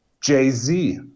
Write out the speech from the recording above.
Jay-Z